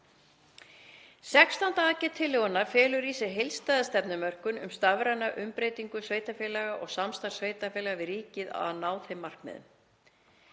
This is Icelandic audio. aðgerð tillögunnar felur í sér heildstæða stefnumörkun um stafræna umbreytingu sveitarfélaga og samstarf sveitarfélaga við ríkið til að ná þeim markmiðum.